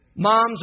Moms